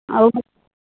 अहो पण